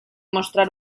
mostrar